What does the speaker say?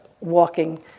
walking